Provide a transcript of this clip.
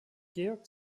georg